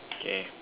okay